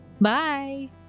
Bye